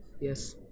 Yes